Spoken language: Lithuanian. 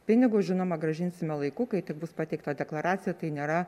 pinigus žinoma grąžinsime laiku kai tik bus pateikta deklaracija tai nėra